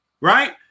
Right